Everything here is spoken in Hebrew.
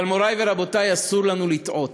אבל, מורי ורבותי, אסור לנו לטעות: